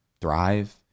Thrive